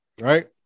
Right